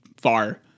far